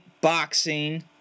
boxing